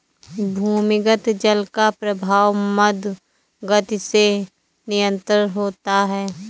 भूमिगत जल का प्रवाह मन्द गति से निरन्तर होता है